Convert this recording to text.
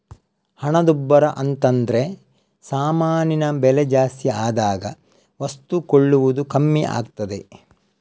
ಹಣದುಬ್ಬರ ಅಂತದ್ರೆ ಸಾಮಾನಿನ ಬೆಲೆ ಜಾಸ್ತಿ ಆದಾಗ ವಸ್ತು ಕೊಳ್ಳುವುದು ಕಮ್ಮಿ ಆಗ್ತದೆ